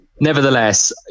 Nevertheless